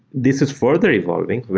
this is further evolving.